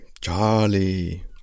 Charlie